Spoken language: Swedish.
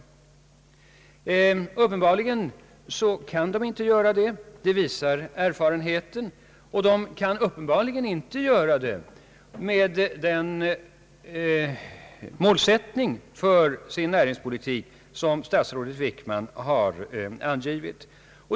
Erfarenheten visar att de inte kan göra detta med den målsättning för näringspolitiken som statsrådet Wickman har angivit.